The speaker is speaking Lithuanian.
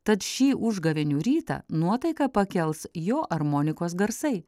tad šį užgavėnių rytą nuotaiką pakels jo armonikos garsai